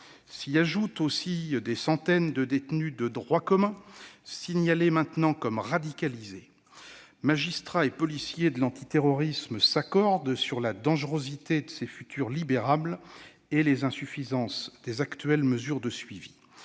S'y ajoutent des centaines de détenus de droit commun signalés comme radicalisés. Magistrats et policiers de l'antiterrorisme s'accordent sur la dangerosité de ces futurs libérables et les insuffisances des mesures de suivi.